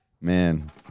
man